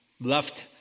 left